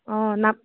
অঁ নাপ